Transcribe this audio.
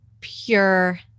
pure